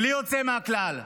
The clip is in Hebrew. בלי יוצא מן הכלל.